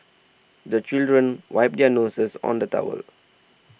the children wipe their noses on the towel